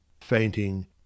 fainting